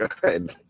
good